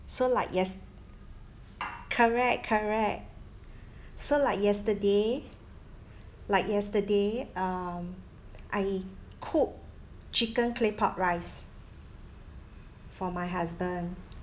so like yest~ correct correct so like yesterday like yesterday um I cooked chicken claypot rice for my husband